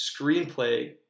screenplay